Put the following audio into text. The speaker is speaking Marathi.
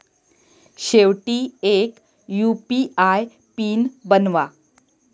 शेवटी एक यु.पी.आय पिन बनवा